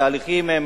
התהליכים הם